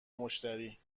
مشتری